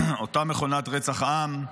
אותה מכונת רצח עם,